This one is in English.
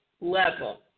level